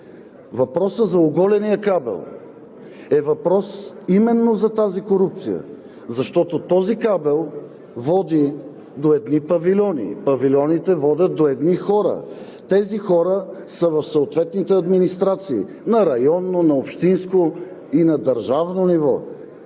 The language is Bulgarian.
Въпросът за оголения кабел е въпрос именно за тази корупция, защото този кабел води до едни павилиони, павилионите водят до едни хора, тези хора са в съответните администрации – на районно, на общинско и на държавно ниво.